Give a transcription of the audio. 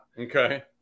Okay